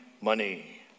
money